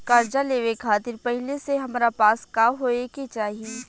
कर्जा लेवे खातिर पहिले से हमरा पास का होए के चाही?